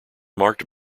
marked